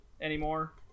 anymore